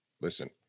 Listen